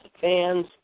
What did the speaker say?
fans